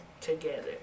together